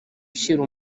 ushyira